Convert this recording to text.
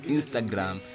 Instagram